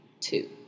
two